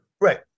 right